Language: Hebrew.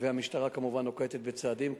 והמשטרה כמובן נוקטת צעדים,